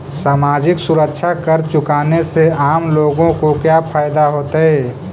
सामाजिक सुरक्षा कर चुकाने से आम लोगों को क्या फायदा होतइ